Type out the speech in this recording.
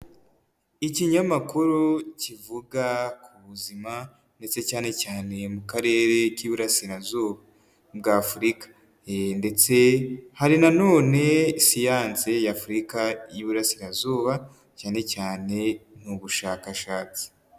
Ikinyamakuru kivuga ku buzima ndetse cyane cyane mu karere k'Iburasirazuba bw'Afurika ndetse hari na none siyanse y'Afurika y'Iburasirazuba cyane cyane mu bushakashatsi.